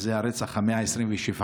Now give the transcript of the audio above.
אז זה הרצח ה-127.